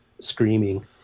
screaming